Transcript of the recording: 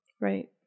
Right